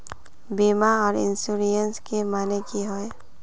बीमा आर इंश्योरेंस के माने की होय?